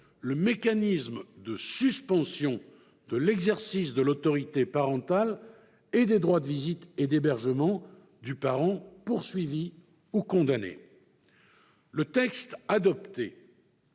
Le texte adopté